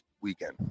weekend